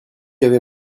avez